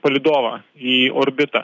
palydovą į orbitą